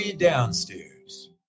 downstairs